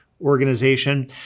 organization